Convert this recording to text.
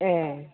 ए